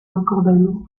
encorbellement